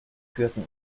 führten